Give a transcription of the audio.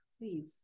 please